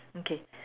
okay